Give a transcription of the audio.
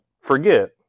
forget